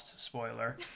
Spoiler